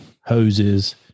hoses